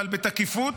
אבל בתקיפות,